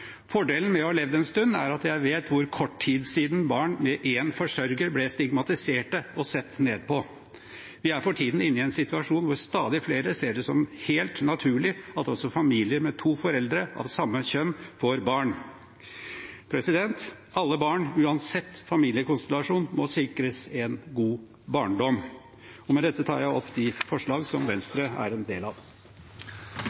Fordelen med å ha levd en stund er at jeg vet hvor kort tid siden det er at barn med én forsørger ble stigmatisert og sett ned på. Vi er for tiden inne i en situasjon hvor stadig flere ser det som helt naturlig at også familier med to foreldre av samme kjønn får barn. Alle barn, uansett familiekonstellasjon, må sikres en god barndom. Det vert replikkordskifte. Eg kjenner Venstre som eit parti som er opptatt av rettane til barna og